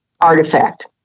artifact